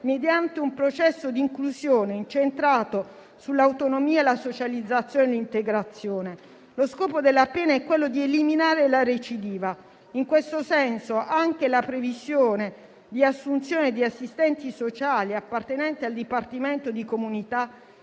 mediante un processo di inclusione incentrato sull'autonomia, la socializzazione e l'integrazione. Lo scopo della pena è quello di eliminare la recidiva. In questo senso, anche la previsione di assunzione di assistenti sociali appartenenti al dipartimento di comunità